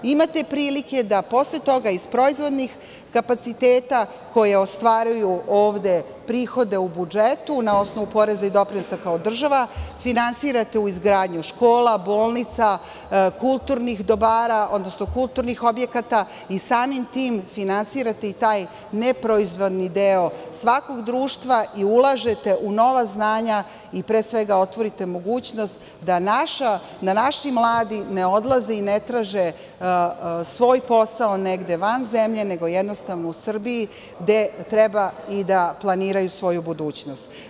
Imate prilike da posle toga iz proizvodnih kapaciteta koje ostvaruju prihode u budžetu na osnovu poreza i doprinosa kao država, finansirate u izgradnju škola, bolnica, kulturnih dobara, odnosno kulturnih objekata i samim tim finansirate i taj neproizvodni deo svakog društva i ulažete nova znanja i pre svega otvarate mogućnost da naši mladi ne odlaze i ne traže svoj posao negde van zemlje, nego u Srbiji gde treba i da planiraju svoju budućnost.